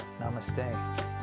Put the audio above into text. Namaste